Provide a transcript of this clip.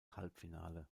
halbfinale